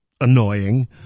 annoying